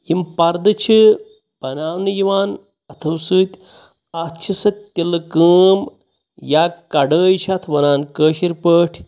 یِم پَرد چھِ بَناونہ یِوان اَتھو سۭتۍ اَتھ چِھ سۄ تِلہ کٲم یا کَڑٲے چھِ اَتھ وَنان کٲشِر پٲٹھۍ